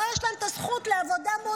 הרי יש להם את הזכות לעבודה מועדפת.